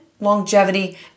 longevity